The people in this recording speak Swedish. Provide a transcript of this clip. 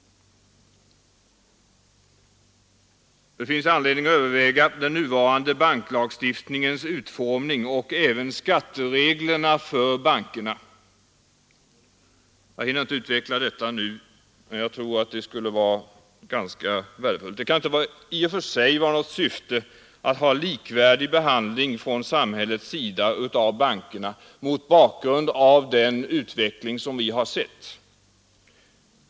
Det finns anledning att överväga den nuvarande banklagstiftningens utformning och även skattereglerna för bankerna. Jag hinner inte utveckla detta nu, men jag tror det skulle vara värdefullt. Det kan inte vara något syfte i sig att ha likvärdig behandling från samhällets sida av bankerna, mot bakgrund av den utveckling vi har sett.